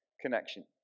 connection